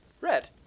Red